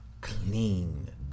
clean